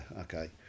Okay